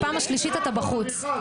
פעם שלישית אתה בחוץ.